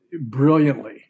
brilliantly